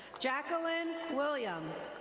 jacqueline williams.